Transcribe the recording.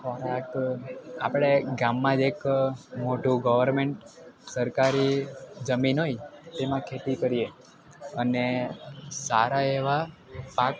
ખોરાક આપણે ગામમાં જ એક મોટું ગવર્મેન્ટ સરકારી જમીન હોય તેમાં ખેતી કરીએ અને સારા એવા પાક